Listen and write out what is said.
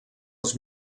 els